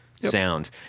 sound